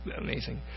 amazing